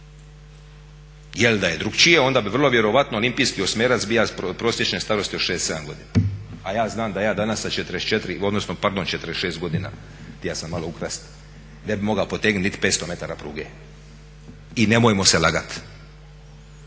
Jer da je drukčije onda bi vrlo vjerojatno olimpijski osmerac bio prosječne starosti od 67 godina. A ja znam da ja danas sa 44 odnosno pardon 46 godina, htio sam malo ukrasti, ne bi mogao potegnuti niti 500 metara pruge. I nemojmo se lagati!